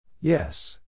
Yes